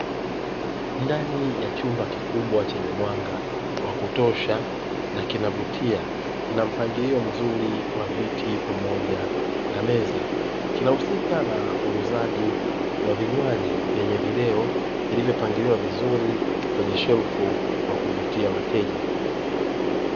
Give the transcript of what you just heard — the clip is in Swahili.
Ndani ya chumba kikubwa chenye mwanga wa kutosha na kinavutia. Kina mpangilio mzuri wa viti pamoja na meza kinahusika na uuzaji wa vinywaji, vyenye vileo vilivyopangiwa vizuri kwenye shelfu kwa kuvutia wateja.